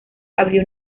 abrió